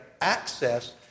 access